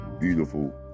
beautiful